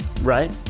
Right